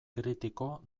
kritiko